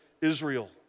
Israel